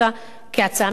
כהצעה ממשלתית,